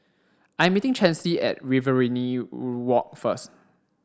I'm meeting Chancey at Riverina Walk first